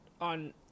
on